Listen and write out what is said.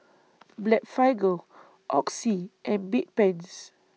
Blephagel Oxy and Bedpans